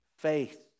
Faith